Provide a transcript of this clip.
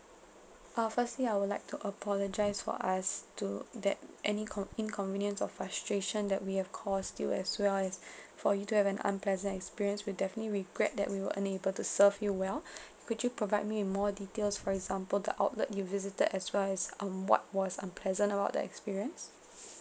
uh firstly I would like to apologise for us to that any con inconvenience or frustration that we have caused you as well as for you to have an unpleasant experience we definitely regret that we were unable to serve you well could you provide me with more details for example the outlet you visited as well as um what was unpleasant about the experience